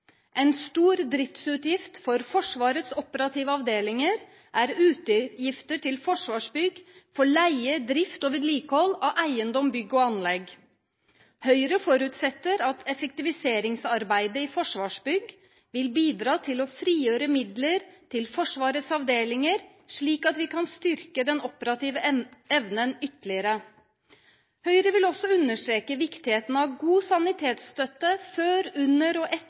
En stor driftsutgift for Forsvarets operative avdelinger er utgifter til Forsvarsbygg for leie, drift og vedlikehold av eiendom, bygg og anlegg. Høyre forutsetter at effektiviseringsarbeidet i Forsvarsbygg vil bidra til å frigjøre midler til Forsvarets avdelinger, slik at vi kan styrke den operative evnen ytterligere. Høyre vil også understreke viktigheten av god sanitetsstøtte før, under og etter